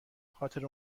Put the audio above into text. بخاطر